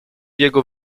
jego